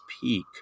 peak